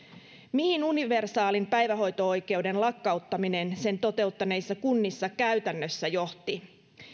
mihin universaalin päivähoito oikeuden lakkauttaminen sen toteuttaneissa kunnissa käytännössä johti